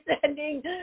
sending